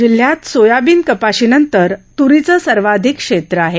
जिल्ह्यात सोयाबीन कपाशी नंतर त्रीचं सर्वाधिक क्षेत्र आहे